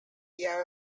via